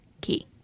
Key